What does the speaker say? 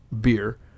beer